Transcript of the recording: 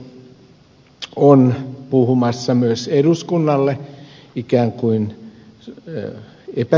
suomi on puhumassa myös eduskunnalle ikään kuin epäselvästi